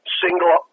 single